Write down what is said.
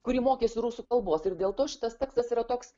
kuri mokėsi rusų kalbos ir dėl to šitas tekstas yra toks